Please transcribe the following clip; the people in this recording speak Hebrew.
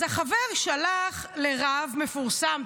אז החבר שלח לרב מפורסם,